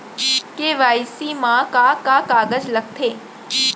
KYC मा का का कागज लगथे?